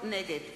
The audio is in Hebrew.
נגד